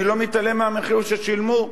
אני לא מתעלם מהמחיר ששילמו,